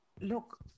Look